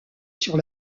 sur